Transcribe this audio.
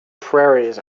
prairies